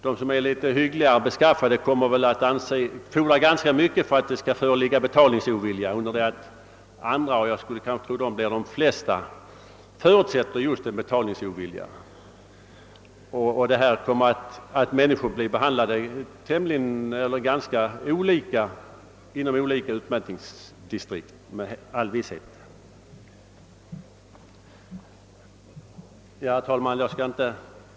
De som är litet hyggligare kommer väl att fordra ganska mycket för att det skall föreligga betalningsovilja, medan andra åter — och jag skulle tro de flesta — förutsätter just betalningsovilja. Människorna blir med all visshet ganska olika behandlade inom «olika utmätningsdistrikt. Herr talman!